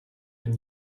ein